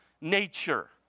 nature